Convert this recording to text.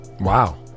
Wow